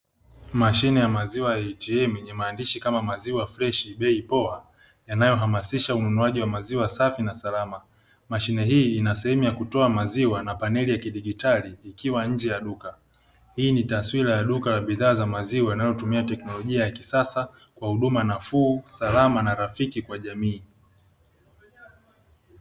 Mashine ya maziwa ya "ATM" yenye maandishi kama maziwa freshi bei poa yanayohamasisha ununuaji wa maziwa safi na salama. Mashine hii ina sehemu ya kutoa maziwa na paneli ya kidijitali ikiwa nje ya duka. Hii ni taswira ya duka la bidhaa za maziwa inayotumia teknolojia ya kisasa kwa huduma nafuu salama na rafiki kwa jamii.